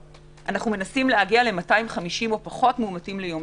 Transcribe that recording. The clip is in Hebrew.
מנסים להגיע ל-250 או פחות מאומתים ביום.